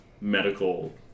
medical